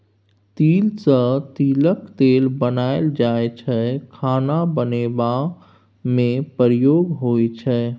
तिल सँ तिलक तेल बनाएल जाइ छै खाना बनेबा मे प्रयोग होइ छै